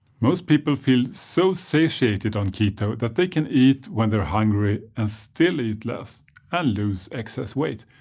most people feel so satiated on keto that they can eat when they're hungry and still eat less and lose excess weight.